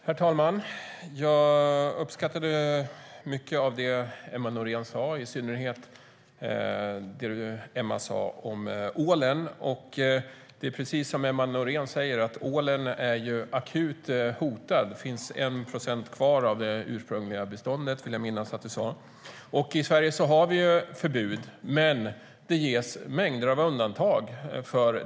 Herr talman! Jag uppskattade mycket av det Emma Nohrén sa, i synnerhet det om ålen. Precis som Emma Nohrén säger är ålen akut hotad. Det finns 1 procent kvar av det ursprungliga beståndet, vill jag minnas att hon sa. I Sverige har vi ett förbud mot ålfiske, men det ges mängder av undantag.